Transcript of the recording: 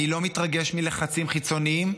אני לא מתרגש מלחצים חיצוניים,